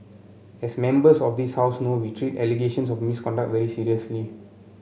as Members of this House know we treat allegations of misconduct very seriously